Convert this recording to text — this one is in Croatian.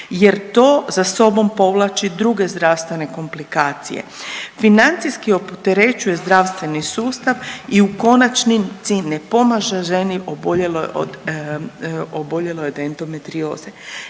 jer to za sobom povlači druge zdravstvene komplikacije. Financijski opterećuje zdravstveni sustav i u konačnici ne pomaže ženi oboljeloj, oboljeloj od endometrioze.